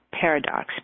paradox